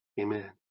Amen